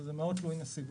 אבל זה מאוד תלוי נסיבות.